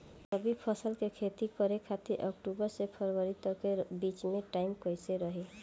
रबी फसल के खेती करे खातिर अक्तूबर से फरवरी तक के बीच मे टाइम कैसन रही?